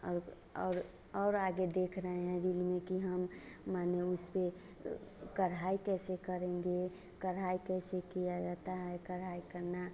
और और और आगे देख रहे हैं रील में कि हम माने उसपर कढ़ाही कैसे करेंगे कढ़ाही कैसे किया जाता है कढ़ाई करना